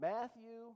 Matthew